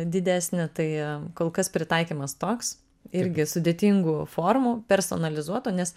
didesnį tai kol kas pritaikymas toks irgi sudėtingų formų personalizuoto nes